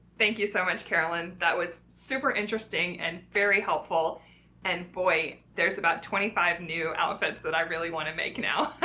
thank you so much, carolyn! that was super interesting and very helpful and boy there's about twenty five new outfits that! really want to make now!